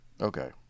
Okay